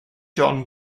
john